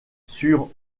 sur